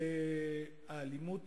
שהאלימות,